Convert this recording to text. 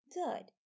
Third